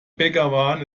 begawan